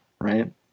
right